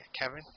Kevin